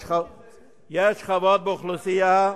יש שכבות באוכלוסייה,